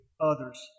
others